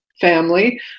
family